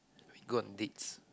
when you go on dates